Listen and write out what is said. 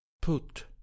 put